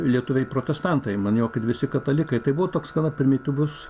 lietuviai protestantai maniau kad visi katalikai tai buvo toks gana primityvus